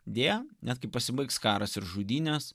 deja net kai pasibaigs karas ir žudynės